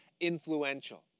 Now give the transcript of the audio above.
influential